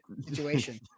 situation